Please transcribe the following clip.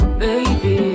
baby